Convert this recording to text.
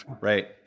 right